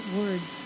words